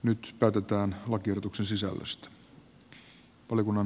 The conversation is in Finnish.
nyt päätetään lakiehdotuksen sisällöstä